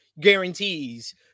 guarantees